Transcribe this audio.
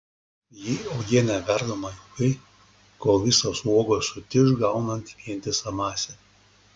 jei uogienė verdama ilgai kol visos uogos sutiš gaunant vientisą masę